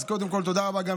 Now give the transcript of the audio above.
אז קודם כול תודה רבה גם